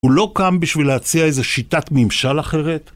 הוא לא קם בשביל להציע איזו שיטת ממשל אחרת.